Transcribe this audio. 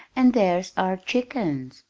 and there's our chickens,